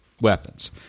weapons